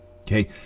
Okay